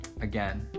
again